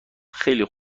خیلی